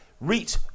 reach